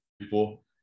people